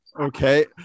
okay